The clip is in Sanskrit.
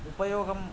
उपयोगं